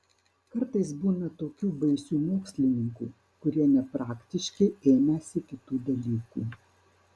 kartais būna tokių baisių mokslininkų kurie nepraktiški ėmęsi kitų dalykų